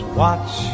watch